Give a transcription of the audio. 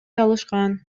алышкан